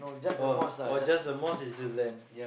oh oh just the mosque is the land